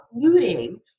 including